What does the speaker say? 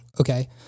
Okay